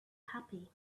happy